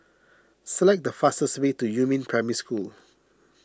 select the fastest way to Yumin Primary School